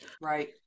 right